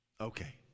Okay